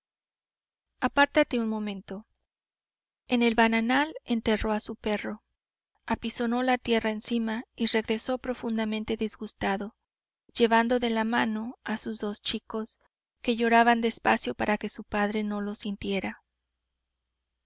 apártate un momento en el bananal enterró a su perro apisonó la tierra encima y regresó profundamente disgustado llevando de la mano a sus dos chicos que lloraban despacio para que su padre no los sintiera